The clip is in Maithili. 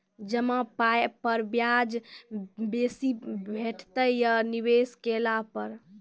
जमा पाय पर ब्याज बेसी भेटतै या निवेश केला पर?